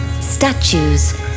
statues